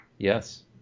Yes